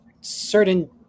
certain